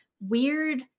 weird